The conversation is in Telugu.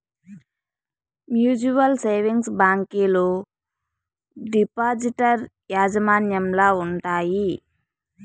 మ్యూచువల్ సేవింగ్స్ బ్యాంకీలు డిపాజిటర్ యాజమాన్యంల ఉండాయి